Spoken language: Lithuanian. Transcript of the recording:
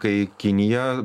kai kinija